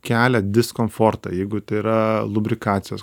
kelia diskomfortą jeigu tai yra lubrikacijos